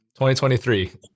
2023